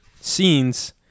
scenes